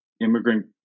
immigrant